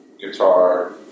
guitar